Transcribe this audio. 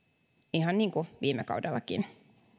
ihan niin kuin viime kaudellakin